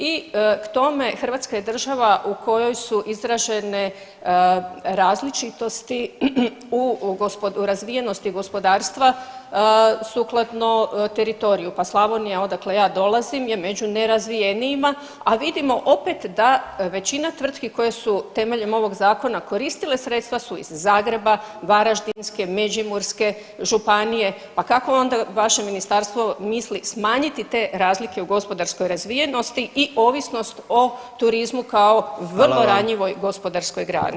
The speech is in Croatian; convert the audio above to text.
I k tome Hrvatska je država u kojoj su izražene različitosti u razvijenosti gospodarstva sukladno teritoriju pa Slavonija odakle ja dolazim je među nerazvijenijima, a vidimo opet da većina tvrtki koje su temeljem ovog zakona koristile sredstva su iz Zagreba, Varaždinske, Međimurske županije, pa kako ona vaše ministarstvo misli smanjiti te razlike u gospodarskoj razvijenosti i ovisnost o turizmu kao vrlo ranjivoj [[Upadica: Hvala vam.]] gospodarskoj grani.